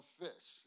fish